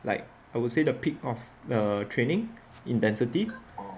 like I would say the peak of the training intensity